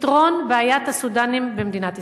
לפתרון בעיית הסודנים במדינת ישראל.